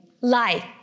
life